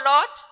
Lord